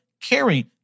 carry